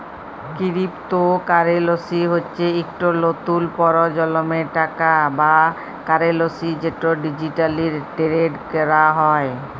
crypto currency হচ্যে ইকট লতুল পরজলমের টাকা বা কারেলসি যেট ডিজিটালি টেরেড ক্যরা হয়